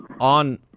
on